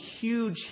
huge